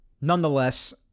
nonetheless